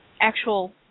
actual